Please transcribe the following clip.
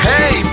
Hey